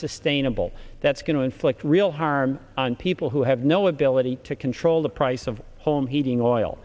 sustainable that's going to inflict real harm on people who have no ability to control the price of home heating oil